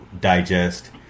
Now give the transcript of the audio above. digest